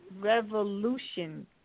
revolution